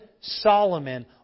Solomon